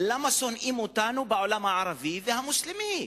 למה שונאים אותנו בעולם הערבי והמוסלמי.